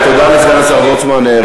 תודה לסגן השר וורצמן.